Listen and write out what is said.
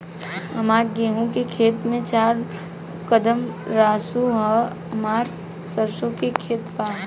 हमार गेहू के खेत से चार कदम रासु हमार सरसों के खेत बा